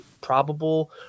probable